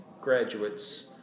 graduates